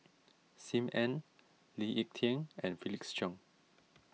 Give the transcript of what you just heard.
Sim Ann Lee Ek Tieng and Felix Cheong